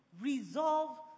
resolve